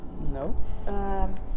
No